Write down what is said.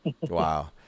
wow